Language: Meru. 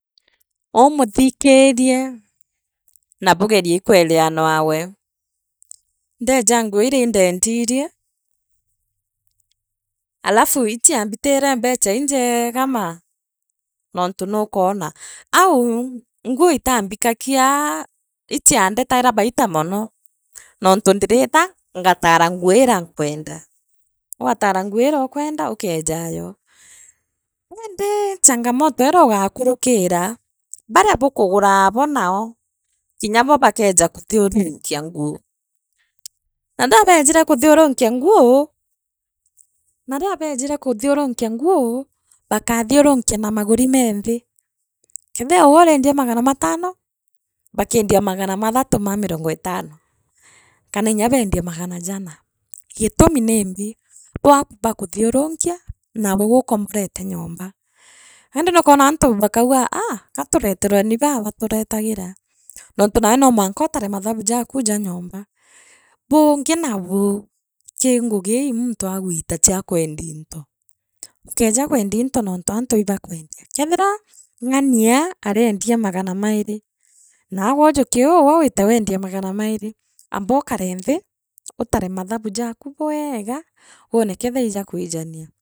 Uumuthikirie naabugerir ikwenearwawe ndeeja aa nguu iria indeendirie, alafu ichiambitine mbecha injeega maa nontu nukwora au nguu itambikagia ichiandetaira baita mono nontu ndiriita ngataara nguu iria nkwenda ugataara nguu iria ukwenda ukeejayo, indii changamoto iria ugakuruki ra baria bakuguura abo nao kinya boo bakeeja kuthiurukia nguu na riria beenjire kathiurunkia nguu bakaathiurunkia na maguri meenthi kethia ugwe uriendia ra magana matano baakendi na magana mathatu ma mirongo etano kana nya beendie na magana jana gitumi nimbi bwaku baakathiurunkia na ugwee gookomborete nyomba iindi nukwona antu bakanga aaa gatureterwe nii baa baaturetagira nontu nagwe noo mwanka utare mathabu jaku ja nyomba buungi naabu kii ngugi ii muntu agwita chia kwedia into ukeeja kwendiainto nontu antu ibaakweendia into kethira ng’ania ariendia magana mairi naagwe ujukie uu wite wendie magana mairi ambookanenthi utare mathabu jaaku bweega wone keethia ijakwijania.